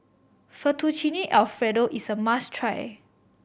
Fettuccine Alfredo is a must try